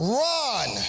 run